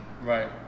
Right